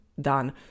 done